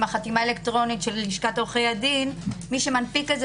עם החתימה האלקטרונית של לשכת עורכי הדין - מי שמנפיק את זה,